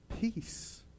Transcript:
Peace